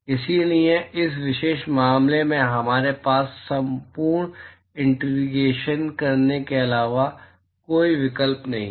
इसलिए इस विशेष मामले में हमारे पास पूर्ण इंटीग्रेशन करने के अलावा कोई विकल्प नहीं है